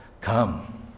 come